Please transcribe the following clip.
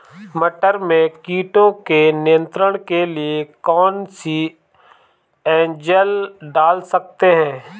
मटर में कीटों के नियंत्रण के लिए कौन सी एजल डाल सकते हैं?